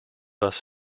bus